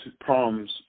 problems